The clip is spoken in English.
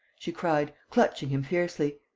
she cried, clutching him fiercely.